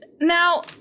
Now